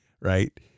right